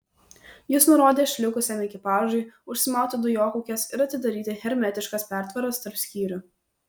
jis nurodė išlikusiam ekipažui užsimauti dujokaukes ir atidaryti hermetiškas pertvaras tarp skyrių